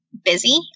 busy